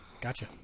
Gotcha